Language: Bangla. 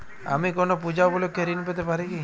আমি কোনো পূজা উপলক্ষ্যে ঋন পেতে পারি কি?